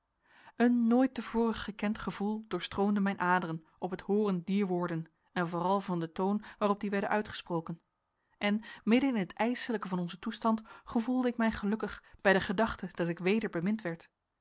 een nooit te voren gekend gevoel doorstroomde mijn aderen op het hooren dier woorden en vooral van den toon waarop die werden uitgesproken en midden in het ijselijke van onzen toestand gevoelde ik mij gelukkig bij de gedachte dat ik weder bemind werd